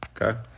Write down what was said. Okay